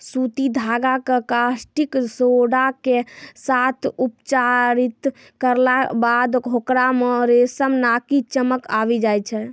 सूती धागा कॅ कास्टिक सोडा के साथॅ उपचारित करला बाद होकरा मॅ रेशम नाकी चमक आबी जाय छै